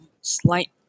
slight